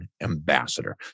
ambassador